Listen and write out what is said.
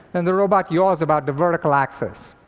and the robot yaws about the vertical axis.